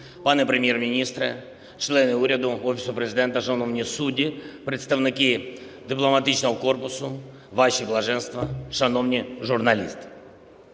пане Прем'єр-міністре, члени уряду, Офісу Президента, шановні судді, представники дипломатичного корпусу, Ваші блаженства, шановні журналісти!